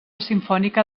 simfònica